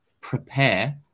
prepare